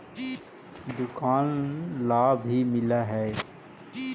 दुकान ला भी मिलहै?